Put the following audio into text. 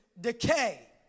decay